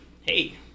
hey